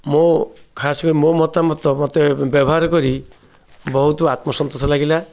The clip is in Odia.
ମୋ ମତାମତ ମୋତେ ବ୍ୟବହାର କରି ବହୁତ ଆତ୍ମସନ୍ତୋଷ ଲାଗିଲା